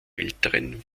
älteren